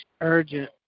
urgent